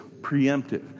preemptive